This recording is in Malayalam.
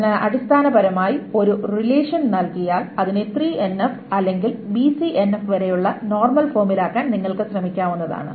അതിനാൽ അടിസ്ഥാനപരമായി ഒരു റിലേഷൻ നൽകിയാൽ അതിനെ 3NF അല്ലെങ്കിൽ BCNF വരെയുള്ള നോർമൽ ഫോമിലാക്കാൻ നിങ്ങൾക് ശ്രമിക്കാവുന്നതാണ്